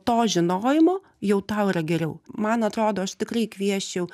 to žinojimo jau tau yra geriau man atrodo aš tikrai kviesčiau